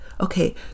okay